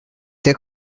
they